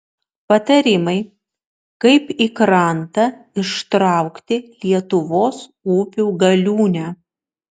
patarimai kaip į krantą ištraukti lietuvos upių galiūnę